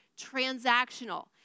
transactional